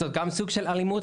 זה גם סוג של אלימות.